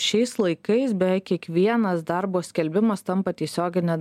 šiais laikais beveik kiekvienas darbo skelbimas tampa tiesiogine